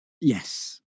Yes